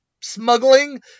smuggling